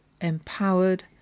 empowered